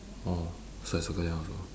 orh so I circle that one also